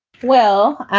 well,